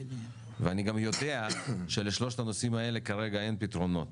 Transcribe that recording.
ואני גם יודע שלשלושת הנושאים האלה כרגע אין פתרונות